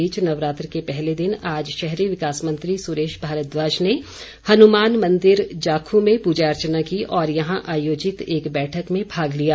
इस बीच नवरात्र के पहले दिन आज शहरी विकास मंत्री सुरेश भारद्वाज ने हनुमान मंदिर जाखू में पूजा अर्चना की और यहां आयोजित एक बैठक में भाग लिया